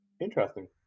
Interesting